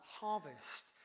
harvest